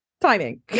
timing